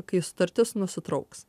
kai sutartis nusitrauks